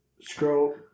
Scroll